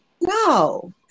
No